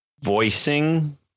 voicing